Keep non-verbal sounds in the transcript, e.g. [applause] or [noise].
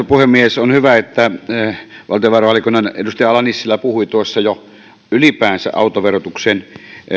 [unintelligible] puhemies on hyvä että valtiovarainvaliokunnan edustaja ala nissilä puhui jo ylipäänsä autoverotuksen